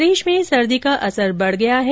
प्रदेश में सर्दी का असर बढ़ गया है